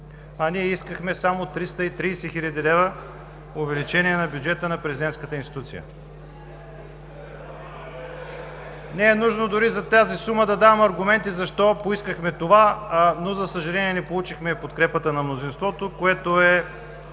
а ние искахме само 330 хиляди лв. увеличение на бюджета на президентската институция. Не е нужно дори за тази сума да давам аргументи защо поискахме това, но, за съжаление, не получихме подкрепата на мнозинството, което е